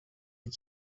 had